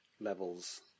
levels